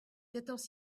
quatorze